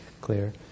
clear